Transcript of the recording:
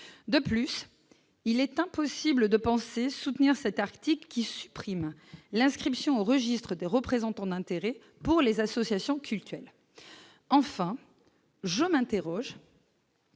de plus, il est impossible de penser soutenir cet article qui supprime l'inscription au registre des représentants d'intérêts pour les associations cultuelles, enfin, je m'interroge.